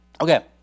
Okay